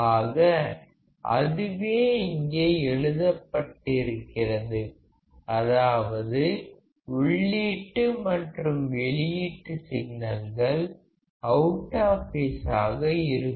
ஆக அதுவே இங்கே எழுதப்பட்டிருக்கிறது அதாவது உள்ளீட்டு மற்றும் வெளியீட்டு சிக்னல்கள் அவுட் ஆஃப் பேஸாக இருக்கும்